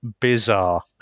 bizarre